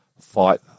fight